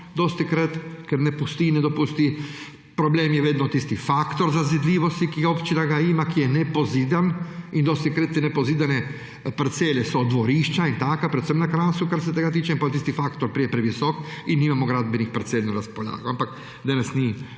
dostikrat, ker ne pusti in ne dopusti. Problem je vedno tisti faktor zazidljivosti, ki ga ima občina, ki je nepozidan in dostikrat te nepozidane parcele so dvorišča in tako, predvsem na Krasu, kar se tega tiče, in potem tisti faktor pride previsoko in nimamo gradbenih parcel na razpolago,